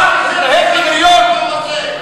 סליחה, רבותי.